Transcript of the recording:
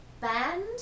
band